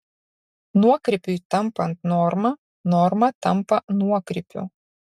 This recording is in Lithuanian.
nuokrypiui tampant norma norma tampa nuokrypiu